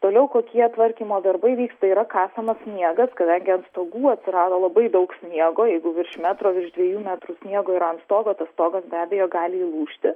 toliau kokie tvarkymo darbai vyksta yra kasamas sniegas kadangi ant stogų atsirado labai daug sniego jeigu virš metro virš dviejų metrų sniego yra ant stogo tas stogas be abejo gali įlūžti